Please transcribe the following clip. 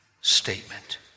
statement